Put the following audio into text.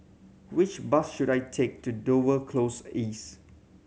which bus should I take to Dover Close East